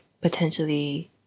potentially